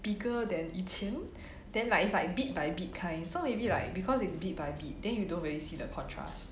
bigger than 以前 then like it's like bit by bit kind so maybe like because is a bit by bit then you don't really see the contrast